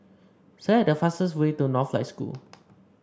select the fastest way to Northlight School